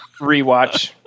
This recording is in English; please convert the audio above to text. Rewatch